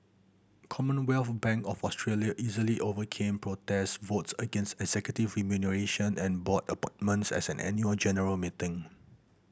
Commonwealth Bank of Australia easily overcame protest votes against executive remuneration and board appointments as an annual general meeting